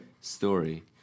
story